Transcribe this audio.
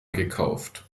gekauft